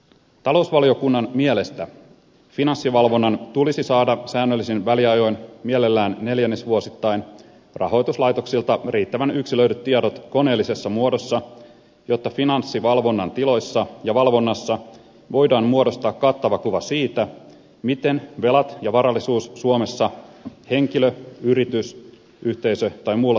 talousvaliokunnan mielestä finanssivalvonnan tulisi saada säännöllisin väliajoin mielellään neljännesvuosittain rahoituslaitoksilta riittävän yksilöidyt tiedot koneellisessa muodossa jotta finanssivalvonnan tiloissa ja valvonnassa voidaan muodostaa kattava kuva siitä miten velat ja varallisuus suomessa henkilö yritys yhteisö tms